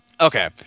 Okay